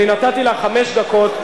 נתתי לך חמש דקות.